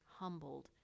humbled